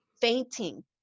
fainting